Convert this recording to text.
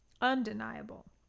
undeniable